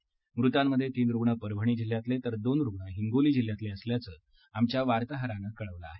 या मृतांमध्ये तीन रुग्ण परभणी जिल्ह्यातले तर दोन रुग्ण हिंगोली जिल्ह्यातले असल्याचं आमच्या वार्ताहरानं कळवलं आहे